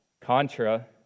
contra